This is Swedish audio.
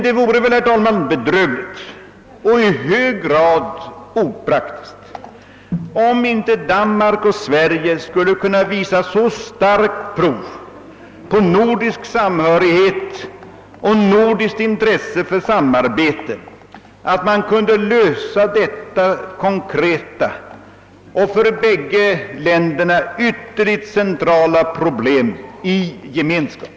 Det vore väl, herr talman, bedrövligt och i hög grad opraktiskt, om inte Danmark och Sverige skulle kunna visa så stark nordisk samhörighet och så mycket intresse för nordiskt samarbete att de kunde lösa detta konkreta och för bägge länderna ytterligt centrala problem i gemenskap.